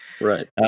Right